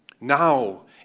now